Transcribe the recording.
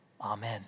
Amen